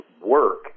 work